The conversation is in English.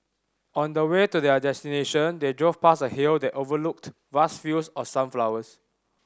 on the way to their destination they drove past a hill that overlooked vast fields of sunflowers